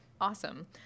Awesome